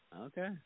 Okay